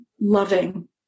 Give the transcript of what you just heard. loving